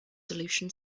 solution